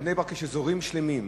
בבני-ברק יש אזורים שלמים,